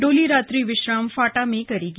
डोली रात्रि विश्राम फाटा में करेगी